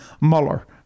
Mueller